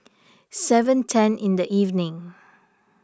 seven ten in the evening